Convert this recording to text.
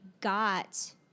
got